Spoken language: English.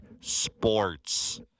sports